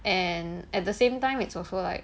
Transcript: and at the same time it's also like